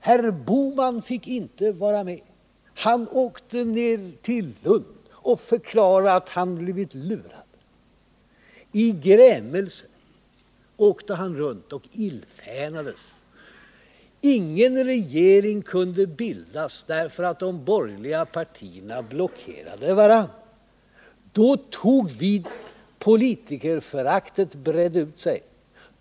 Herr Bohman fick inte vara med. Han åkte ned till Lund och förklarade att han blivit lurad. I grämelse for han runt och illfänades. Ingen regering kunde bildas eftersom de borgerliga partierna blockerade varandra. Politikerföraktet bredde ut sig.